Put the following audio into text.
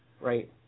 Right